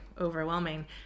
overwhelming